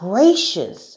Gracious